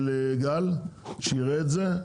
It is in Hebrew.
לגל שיראה את זה,